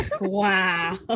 Wow